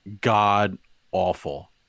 god-awful